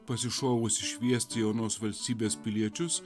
pasišovusi šviesti jaunos valstybės piliečius